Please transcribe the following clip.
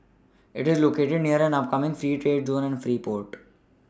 it is located near an upcoming free trade zone and free port